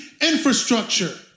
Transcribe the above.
infrastructure